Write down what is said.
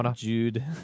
Jude